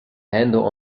handle